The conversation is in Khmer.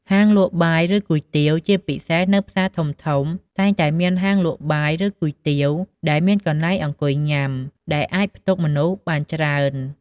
ហាងលក់បាយ ឬគុយទាវ ជាពិសេសនៅផ្សារធំៗ តែងតែមានហាងលក់បាយ ឬគុយទាវដែលមានកន្លែងអង្គុយញ៉ាំ ដែលអាចផ្ទុកមនុស្សបានច្រើន។